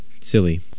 silly